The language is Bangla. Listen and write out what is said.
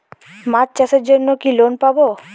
মাছ চাষের জন্য কি লোন পাব?